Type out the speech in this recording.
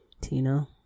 Tina